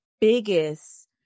biggest